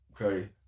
Okay